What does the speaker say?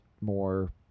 more